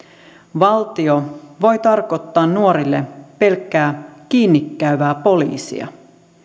valtio voi tarkoittaa nuorille pelkkää kiinnikäyvää poliisia